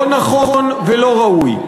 לא נכון ולא ראוי.